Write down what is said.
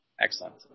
Excellent